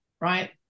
right